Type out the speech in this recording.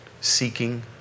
seeking